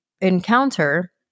encounter